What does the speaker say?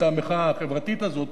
את המחאה החברתית הזאת,